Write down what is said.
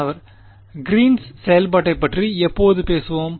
மாணவர் green's green's செயல்பாட்டைப் பற்றி எப்போது பேசுவோம்